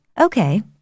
Okay